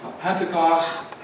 Pentecost